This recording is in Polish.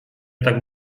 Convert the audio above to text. tak